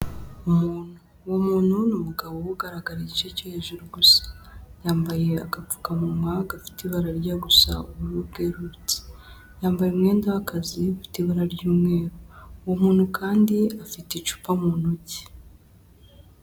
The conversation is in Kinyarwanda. Umuntu, uwo muntu ni umugabo uba ugaragara igice cyo hejuru gusa, yambaye agapfukamunwa gafite ibara rijya gusa ubururu bwerurutse, yambaye umwenda w'akazi, ufite ibara ry'umweru, uwo muntu kandi afite icupa mu ntoki.